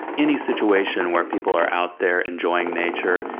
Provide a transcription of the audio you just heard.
any situation where people are out there enjoying nature,